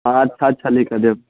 हँ अच्छा अच्छा लिखके देब